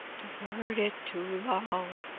deferred it too long.